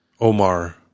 Omar